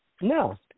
No